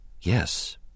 Yes